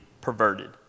perverted